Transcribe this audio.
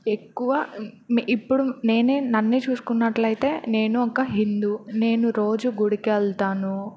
ఎక్కువ ఇప్పుడు నేనే నన్ను చూసుకున్నట్టు అయితే నేను ఒక హిందూ నేను రోజు గుడికిె వెళ్తాను